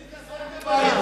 מי זה האויבים מבית?